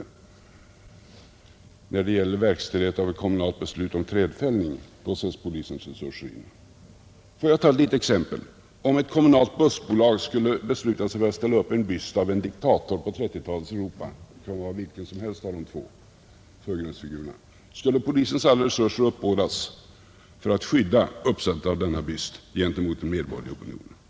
Men när det gäller verkställigheten av ett kommunalt beslut om trädfällning sättes polisens resurser in. Får jag ta ett litet exempel. Om ett kommunalt bussbolag beslutade att sätta upp en byst av en diktator — vilken som helst av de två förgrundsfigurer som fanns på 1930-talet — skulle polisens alla resurser då mot en medborgerlig opinion uppbådas för att skydda uppsättandet av denna byst?